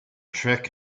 trick